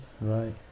Right